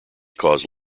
cause